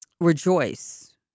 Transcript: rejoice